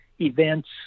Events